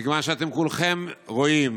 מכיוון שאתם כולכם רואים